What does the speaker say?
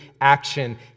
action